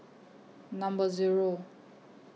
Number Zero